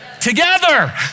Together